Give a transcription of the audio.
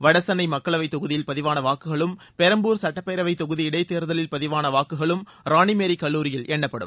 வட சென்னை மக்களவைத் தொகுதியில் பதிவான வாக்குகளும் பெரம்பூர் சுட்டப்பேரவைத் தொகுதி இடைத் தேர்தலில் பதிவான வாக்குகளும் ராணிமேரிக் கல்லூரியில் எண்ணப்படும்